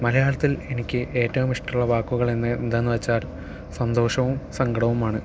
മലയാളത്തിൽ എനിക്ക് ഏറ്റവും ഇഷ്ട്ടമുള്ള വാക്കുകൾ എന്ന് എന്താന്ന് വെച്ചാൽ സന്തോഷവും സങ്കടവുമാണ്